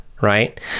right